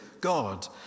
God